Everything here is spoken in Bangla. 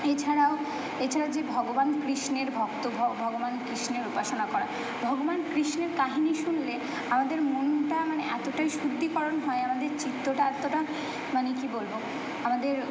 এছাড়া এছাড়া যে ভগবান কৃষ্ণের ভক্ত ভগবান কৃষ্ণের উপাসনা করা ভগবান কৃষ্ণের কাহিনি শুনলে আমাদের মনটা মানে এতোটাই শুদ্ধিকরণ হয় আমাদের চিত্তটা এতোটা মানে কি বলবো আমাদের